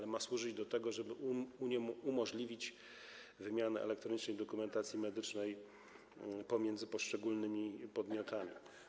Ona ma służyć do tego, żeby umożliwić wymianę elektronicznej dokumentacji medycznej pomiędzy poszczególnymi podmiotami.